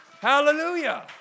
Hallelujah